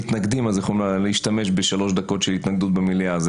מתנגדת הם יכולים להשתמש בשלוש דקות של התנגדות במליאה.